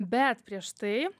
bet prieš tai